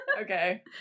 Okay